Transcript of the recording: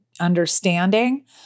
understanding